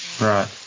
right